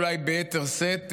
אולי ביתר שאת,